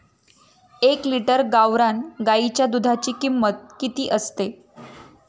एक लिटर गावरान गाईच्या दुधाची किंमत किती असते?